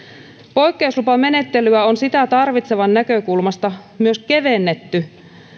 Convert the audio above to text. poikkeuslupamenettelyä on sitä tarvitsevan näkökulmasta myös kevennetty